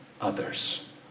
others